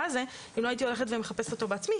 הזה אם לא הייתי הולכת ומחפשת אותו בעצמי,